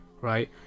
right